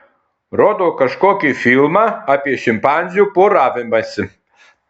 rodo kažkokį filmą apie šimpanzių poravimąsi